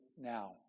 now